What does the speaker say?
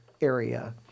area